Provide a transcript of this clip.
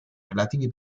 relativi